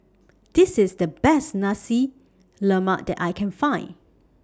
This IS The Best Nasi Lemak that I Can Find